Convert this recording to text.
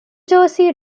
jersey